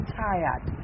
tired